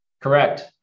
Correct